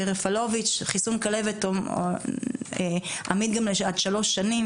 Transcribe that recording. חיסון כלבת עמיד עד שלוש שנים,